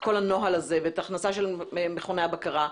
את כל הנוהל הזה ואת ההכנסה של מכוני הבקרה,